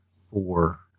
four